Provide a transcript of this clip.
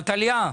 נטליה,